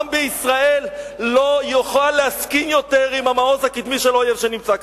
העם בישראל לא יוכל להסכים יותר עם המעוז הקדמי של האויב שנמצא כאן.